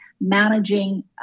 managing